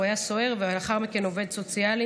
הוא היה סוהר, ולאחר מכן עובד סוציאלי.